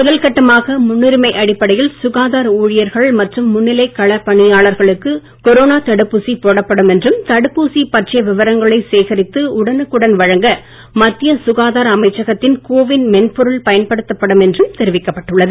முதல் கட்டமாக முன்னுரிமை அடிப்படையில் சுகாதார ஊழியர்கள் மற்றும் முன்னிலை களப்பணியாளர்களுக்கு கொரோனா தடுப்பூசி சேகரித்து போடப்படும் என்றும் தடுப்பூசி பற்றிய விவரங்களை உடனுக்குடன் வழங்க மத்திய சுகாதார அமைச்சகத்தின் கோவின் மென்பொருள் பயன்படுத்தப் படும் என்றும் தெரிவிக்கப் பட்டுள்ளது